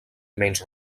menys